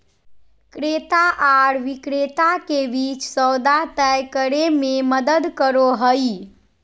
क्रेता आर विक्रेता के बीच सौदा तय करे में मदद करो हइ